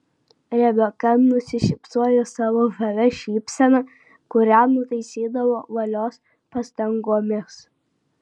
rebeka nusišypsojo savo žavia šypsena kurią nutaisydavo valios pastangomis